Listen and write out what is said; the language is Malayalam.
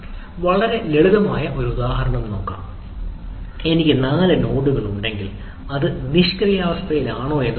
വളരെ ലളിതമായ ഒരു ഉദാഹരണം നോക്കാം എനിക്ക് 4 നോഡുകൾ ഉണ്ടെങ്കിൽ അത് നിഷ്ക്രിയാവസ്ഥയിലാണെന്നോ എന്ന് നോക്കാം